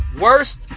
worst